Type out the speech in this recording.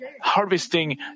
harvesting